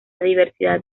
diversidad